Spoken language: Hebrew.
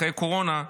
אחרי הקורונה,